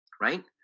Right